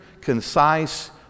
concise